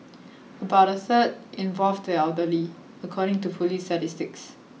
about a third involved the elderly according to police statistics